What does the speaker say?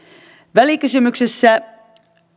välikysymyksessä